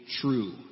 true